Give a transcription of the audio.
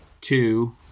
two